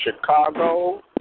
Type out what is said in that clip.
Chicago